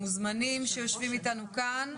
המוזמנים שיושבים איתנו כאן,